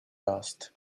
lost